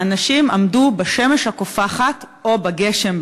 האנשים עמדו בשמש הקופחת או בגשם,